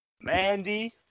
Mandy